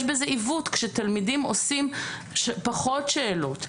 יש בזה עיוות שהתלמידים עושים פחות שאלות,